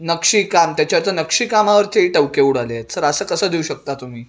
नक्षीकाम त्याच्याचं नक्षीकामावरचे टवके उडाले आहेत सर असं कसं देऊ शकता तुम्ही